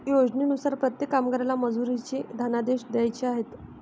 योजनेनुसार प्रत्येक कामगाराला मजुरीचे धनादेश द्यायचे आहेत